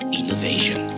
innovation